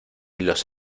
los